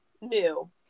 new